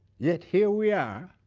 yet here we are,